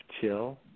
chill